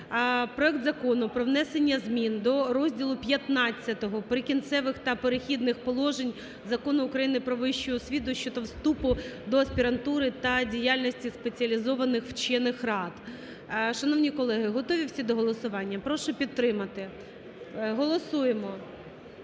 проект Закону про внесення змін до розділу ХV Прикінцевих та перехідних положень Закону України "Про вищу освіту" (щодо вступу до аспірантури та діяльності спеціалізованих вчених рад). Шановні колеги, готові всі до голосування? Прошу підтримати. Голосуємо.